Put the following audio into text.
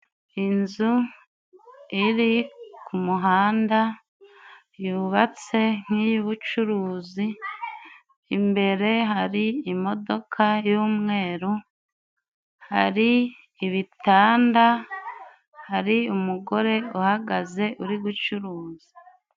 Inzu iri ku muhanda yubatse nk'iy'ubucuruzi, imbere hari imodoka y'umweru, hari ibitanda, hari umugore uhagaze uri gucuruza.